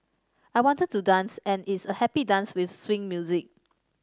I wanted to dance and it's a happy dance with swing music